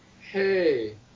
Hey